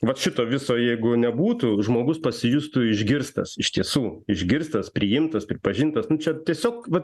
vat šito viso jeigu nebūtų žmogus pasijustų išgirstas iš tiesų išgirstas priimtas pripažintas nu čia tiesiog va